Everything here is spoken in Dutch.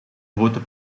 grote